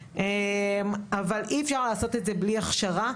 אבל אי אפשר לעשות את זה בלי הכשרה.